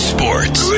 Sports